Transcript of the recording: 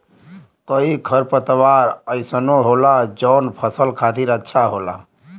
कई खरपतवार अइसनो होला जौन फसल खातिर अच्छा होला